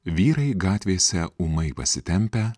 vyrai gatvėse ūmai pasitempę